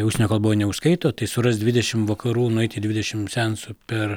užsienio kalboj neužkaito tai surask dvidešim vakarų nueit į dvidešim seansų per